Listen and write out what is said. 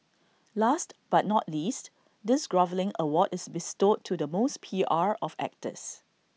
last but not least this groveling award is bestowed to the most P R of actors